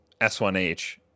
S1H